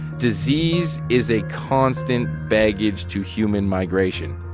disease is a constant baggage to human migration.